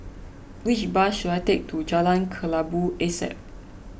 which bus should I take to Jalan Kelabu Asap